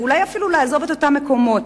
ואולי אפילו לעזוב את אותם מקומות.